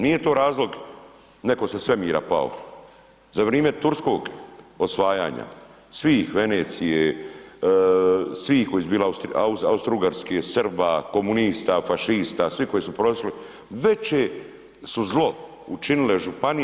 Nije to razlog neko sa svemira pao, za vrijeme turskog osvajanja svih Venecije, svih koji su bili Austrougarske, Srba, komunista, fašista, svi koji su prošli, veće su zlo učinile županije.